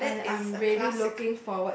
ah that is a classic